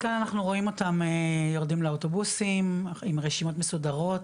אז כאן אנחנו רואים אותם יורדים לאוטובוסים עם רשימות מסודרות,